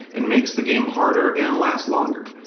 and makes the game harder and last longer.